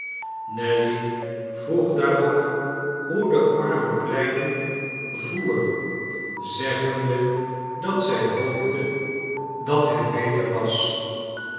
nelly vroeg daarop hoe de arme kleine voer zeggende dat zij hoopte dat hij beter was